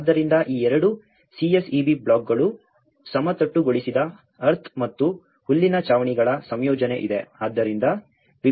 ಆದ್ದರಿಂದ ಈ ಎರಡೂ ಸಿಎಸ್ಇಬಿ ಬ್ಲಾಕ್ಗಳು ಸಮತಟ್ಟುಗೊಳಿಸಿದ ಎರ್ತ್ ಮತ್ತು ಹುಲ್ಲಿನ ಛಾವಣಿಗಳ ಸಂಯೋಜನೆ ಇದೆ ಆದ್ದರಿಂದ ವಿಭಿನ್ನ ಕೆಲಸಗಳಿವೆ